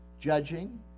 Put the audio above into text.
judging